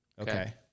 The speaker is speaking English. okay